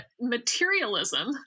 materialism